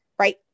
Right